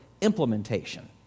implementation